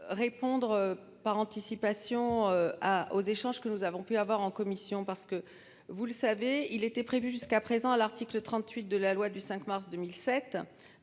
Répondre par anticipation à aux échanges que nous avons pu avoir en commission parce que vous le savez, il était prévu jusqu'à présent à l'article 38 de la loi du 5 mars 2007.